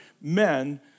men